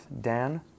Dan